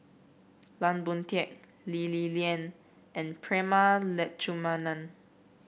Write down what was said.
Lan Boon Teik Lee Li Lian and Prema Letchumanan